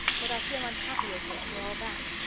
but i feel unhappy over it for all that.